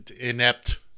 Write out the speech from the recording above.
Inept